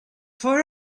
for